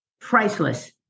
priceless